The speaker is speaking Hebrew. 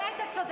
האמת, את צודקת.